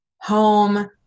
home